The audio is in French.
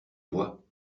vois